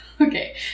Okay